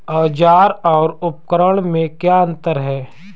औज़ार और उपकरण में क्या अंतर है?